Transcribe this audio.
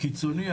קיצוני,